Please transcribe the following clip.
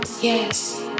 Yes